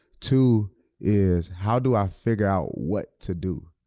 two is how do i figure out what to do,